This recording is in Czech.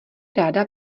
ráda